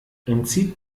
entzieht